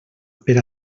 per